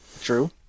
True